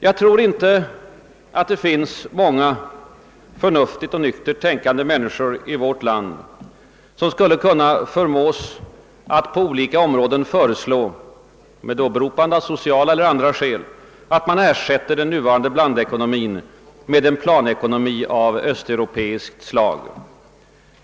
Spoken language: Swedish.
Jag tror inte att det finns många förnuftigt och nyktert tänkande människor i vårt land som skulle kunna förmås att på olika områden föreslå — med åberopande av sociala eller andra skäl — att man skall ersätta den nuvarande blandekonomin med en planekonomi av Östeuropeiskt slag.